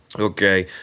okay